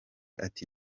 ati